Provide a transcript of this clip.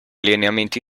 lineamenti